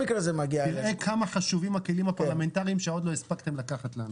תראה כמה חשובים הכלים הפרלמנטריים שעוד לא הספקתם לקחת לנו.